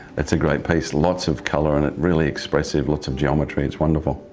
that's a great piece. lots of colour in it, really expressive, lots of geometry. it's wonderful.